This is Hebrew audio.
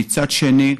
ומצד שני,